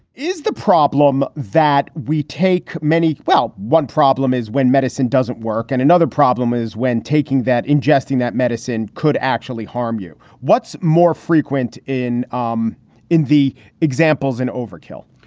is the problem that we take many? well, one problem is when medicine doesn't work and another problem is when taking that ingesting that medicine could actually harm you what's more frequent in um in the examples in overkill,